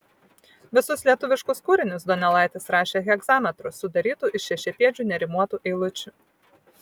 visus lietuviškus kūrinius donelaitis rašė hegzametru sudarytu iš šešiapėdžių nerimuotų eilučių